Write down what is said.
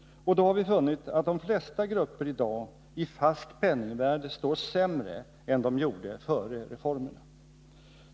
Och då har vi funnit att de flesta grupper idag i fast penningvärde står sämre än de gjorde före reformerna.